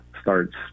starts